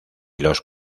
los